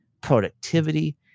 productivity